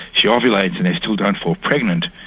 she ovulates, and they still don't fall pregnant.